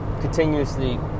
continuously